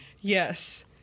Yes